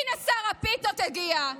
הינה שר הפיתות הגיע,